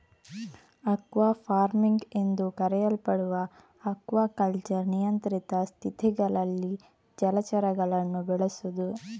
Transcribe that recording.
aqua farming ಎಂದೂ ಕರೆಯಲ್ಪಡುವ aquaculture ನಿಯಂತ್ರಿತ ಸ್ಥಿತಿಗಳಲ್ಲಿ ಜಲಚರಗಳನ್ನು ಬೆಳೆಸುದು